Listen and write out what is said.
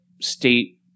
state